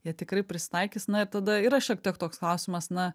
jie tikrai prisitaikys na ir tada yra šiek tiek toks klausimas na